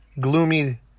gloomy